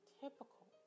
typical